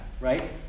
right